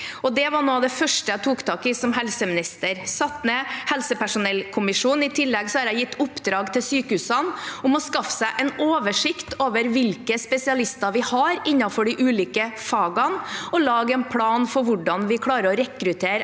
Det var noe av det første jeg tok tak i som helseminister. Jeg satte ned helsepersonellkommisjonen, og i tillegg har jeg gitt sykehusene i oppdrag å skaffe seg en oversikt over hvilke spesialister vi har innenfor de ulike fagene, og lage en plan for hvordan vi klarer å rekruttere